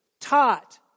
taught